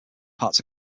parts